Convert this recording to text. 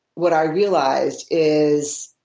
what i realized is,